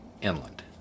inland